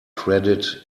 credit